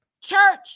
church